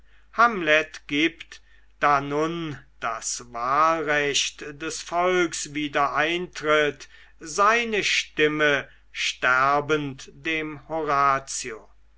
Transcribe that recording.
hamlet gibt da nun das wahlrecht des volks wieder eintritt seine stimme sterbend dem horatio